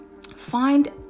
find